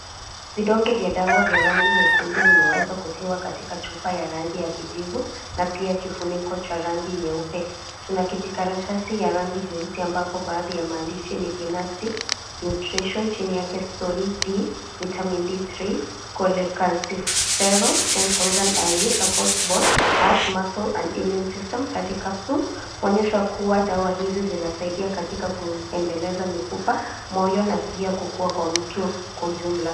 Vidonge vya dawa vya rangi nyekundu rumeweza kutiwa katika chupa ya rangi ya kijivu na pia kifuniko cha rangi nyeupe. Tunakijikaratasi ya rangi jeusi ambapo baadhi ya maandishi ni ginnastic nutrition, chini yake sol-D, vitamin D3,cholecalciferol 10000 IU, supports bone, heart, muscle and immune system,30 capsules ,kuonyesha kuwa dawa hizi zinasaidia katika kuendeleza mifupa, moyo na pia kukua kwa mtu kwa ujumla.